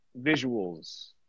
visuals